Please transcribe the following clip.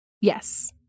Yes